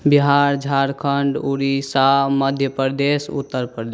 Bihar Jharkhand Orissa Madhya Pradesh Uttar Pradesh